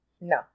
No